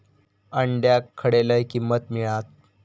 अंड्याक खडे लय किंमत मिळात?